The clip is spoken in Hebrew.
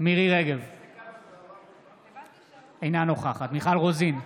מירי מרים רגב, אינה נוכחת מיכל רוזין,